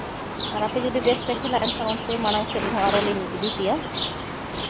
ᱟᱨ ᱟᱯᱮ ᱡᱩᱫᱤ ᱵᱮᱥ ᱯᱮ ᱠᱷᱮᱞᱼᱟ ᱮᱱᱠᱷᱟᱱ ᱚᱱᱛᱮ ᱢᱟᱲᱟᱝ ᱥᱮᱜ ᱦᱚᱸ ᱟᱨᱦᱚᱸ ᱞᱤᱧ ᱤᱫᱤ ᱯᱮᱭᱟ